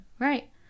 Right